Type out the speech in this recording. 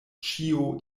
ĉio